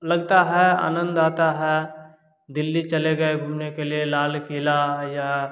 लगता है आनंद आता है दिल्ली चले गए घूमने के लिए लाल किला या